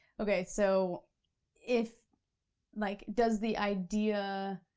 okay, so if like, does the idea,